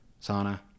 sauna